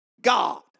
God